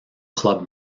club